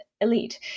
elite